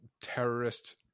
terrorist